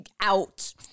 Out